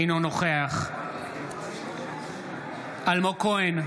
אינו נוכח אלמוג כהן,